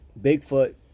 Bigfoot